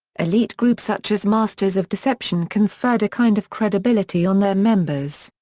elite groups such as masters of deception conferred a kind of credibility on their members.